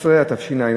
15) התקבלה.